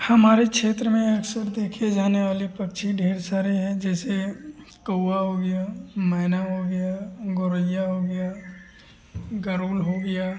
हमारे क्षेत्र में अक्सर देखे जाने वाले पक्षी ढेर सारे हैं जैसे कौवा हो गया मैना हो गया गौरैया हो गया गरुड़ हो गया